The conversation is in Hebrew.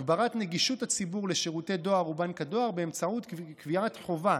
הגברת נגישות לציבור של שירותי הדואר ובנק הדואר באמצעות קביעת חובה